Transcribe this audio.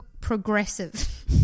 progressive